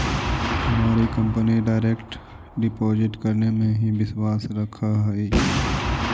हमारी company direct deposit करने में ही विश्वास रखअ हई